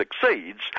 succeeds